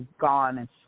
gone